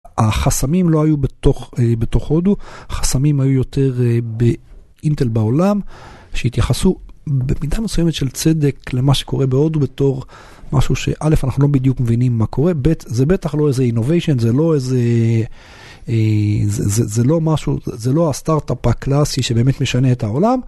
החסמים לא היו בתוך הודו, חסמים היו יותר באינטל בעולם שהתייחסו במידה מסוימת של צדק למה שקורה בהודו בתור משהו שאלף אנחנו לא בדיוק מבינים מה קורה זה בטח לא איזה innovation זה לא איזה זה לא משהו זה לא הסטארטאפ הקלאסי שבאמת משנה את העולם.